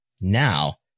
Now